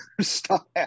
style